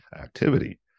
activity